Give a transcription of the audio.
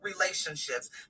relationships